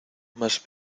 más